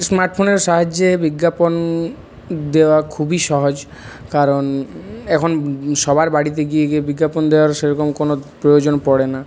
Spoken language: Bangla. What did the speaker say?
স্মার্টফোনের সাহায্যে বিজ্ঞাপন দেওয়া খুবই সহজ কারণ এখন সবার বাড়িতে গিয়ে গিয়ে বিজ্ঞাপন দেওয়ার সেরকম কোনো প্রয়োজন পড়ে না